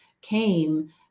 came